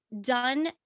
done